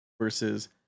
Versus